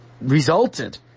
resulted